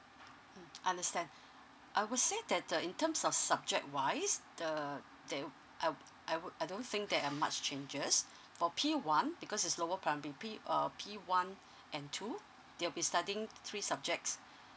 mm understand I would say that the in terms of subject wise the they I I would I don't think that a much changes for P one because is lower primary P err P one and two they'll be studying three subjects